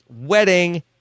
wedding